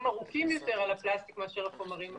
ארוכים יותר על הפלסטיק מאשר על חומרים אחרים.